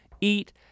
eat